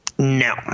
No